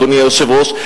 אדוני היושב-ראש,